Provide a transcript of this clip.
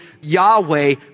Yahweh